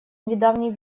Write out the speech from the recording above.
недавний